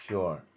Sure